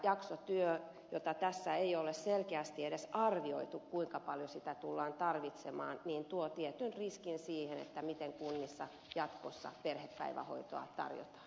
jaksotyö jota tässä ei ole selkeästi edes arvioitu kuinka paljon sitä tullaan tarvitsemaan tuo tietyn riskin siihen miten kunnissa jatkossa perhepäivähoitoa tarjotaan